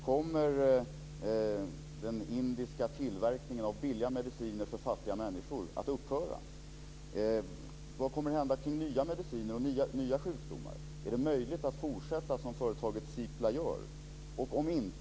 Kommer den indiska tillverkningen av billiga mediciner för fattiga människor att upphöra? Vad kommer att hända kring nya mediciner och nya sjukdomar? Är det möjligt att fortsätta som företaget